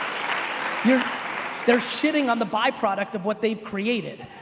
yeah they're shitting on the byproduct of what they've created.